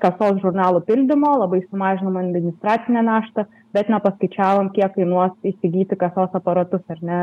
kasos žurnalų pildymo labai sumažinom administracinę naštą bet nepaskaičiavom kiek kainuos įsigyti kasos aparatus ar ne